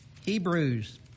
Hebrews